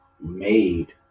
made